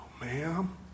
ma'am